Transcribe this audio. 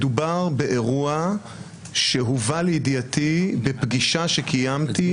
מדובר באירוע שהובא לידיעתי בפגישה שקיימתי